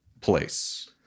place